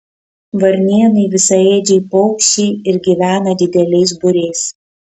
varnėnai visaėdžiai paukščiai ir gyvena dideliais būriais